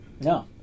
No